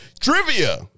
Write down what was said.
Trivia